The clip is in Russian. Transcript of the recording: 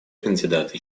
кандидаты